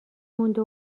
مونده